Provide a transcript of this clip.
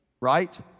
Right